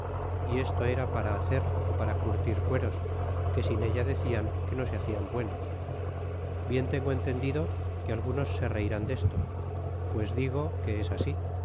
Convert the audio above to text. y esto era para hacer ó para curtir cueros que sin ella decían que no se hacian buenos bien tengo entendido que algunos se reirán desto pues digo que es así